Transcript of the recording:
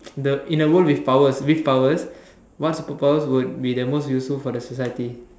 the in the world with powers with powers what super powers would be the most useful for the society